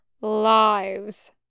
lives